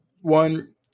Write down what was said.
one